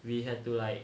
we had to like